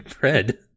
bread